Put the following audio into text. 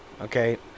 okay